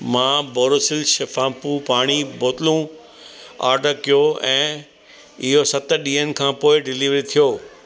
मां बोरोसिल शफ़ाफ़ु पाणी बोतलू ऑर्डर कयो ऐं इहो सत ॾींहनि खां पोइ डिलीवरी थियो